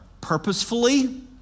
purposefully